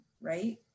right